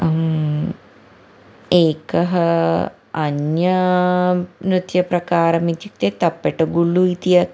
एकः अन्य नृत्यप्रकारम् इत्युक्ते तपेटगूल्लु इति